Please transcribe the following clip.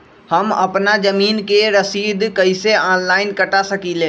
हम अपना जमीन के रसीद कईसे ऑनलाइन कटा सकिले?